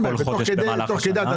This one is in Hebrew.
בכל חודש במהלך השנה.